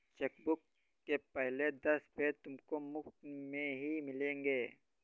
chequebook के पहले दस पेज तुमको मुफ़्त में ही मिलेंगे